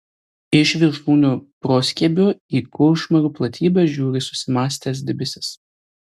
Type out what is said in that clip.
iš viršūnių proskiebio į kuršmarių platybes žiūri susimąstęs debesis